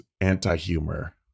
anti-humor